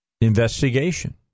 investigation